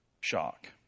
shock